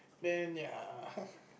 I mean ya